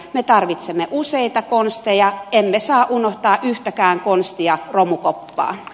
me tarvitsemme useita konsteja emme saa unohtaa yhtäkään konstia romukoppaan